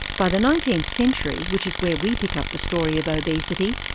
by the nineteenth century, which is where we pick up the story of obesity,